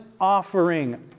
offering